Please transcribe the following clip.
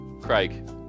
craig